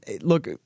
look